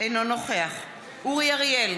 אינו נוכח אורי אריאל,